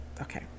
Okay